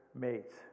mates